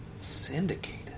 Syndicated